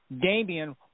Damian